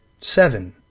Seven